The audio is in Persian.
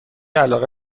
علاقه